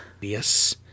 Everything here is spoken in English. yes